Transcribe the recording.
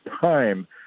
time